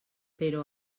però